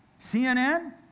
CNN